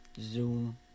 Zoom